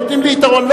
נותנים לי יתרון.